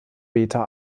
beta